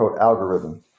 algorithm